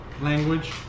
language